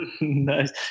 Nice